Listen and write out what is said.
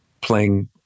playing